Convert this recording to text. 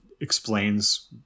explains